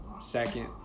second